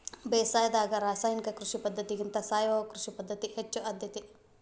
ಬೇಸಾಯದಾಗ ರಾಸಾಯನಿಕ ಕೃಷಿ ಪದ್ಧತಿಗಿಂತ ಸಾವಯವ ಕೃಷಿ ಪದ್ಧತಿಗೆ ಹೆಚ್ಚು ಆದ್ಯತೆ